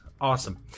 Awesome